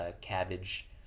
cabbage